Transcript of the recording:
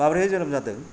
माब्रैहाय जोनोम जादों